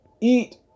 Eat